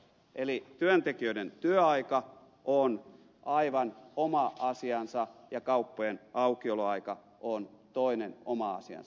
eli työntekijöiden työaika on aivan oma asiansa ja kauppojen aukioloaika on toinen oma asiansa